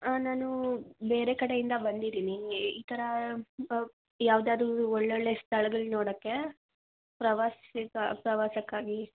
ಹಾಂ ನಾನು ಬೇರೆ ಕಡೆಯಿಂದ ಬಂದಿದ್ದೀನಿ ಈ ಥರ ಯಾವುದಾದ್ರೂ ಒಳ್ಳೊಳ್ಳೆ ಸ್ಥಳಗಳ್ನ ನೋಡೋಕೆ ಪ್ರವಾಸಿ ಪ್ರವಾಸಕ್ಕಾಗಿ